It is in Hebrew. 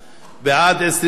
מוסף (שיעור המס על עסקה ועל ייבוא טובין) (תיקון),